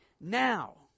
now